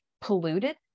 polluted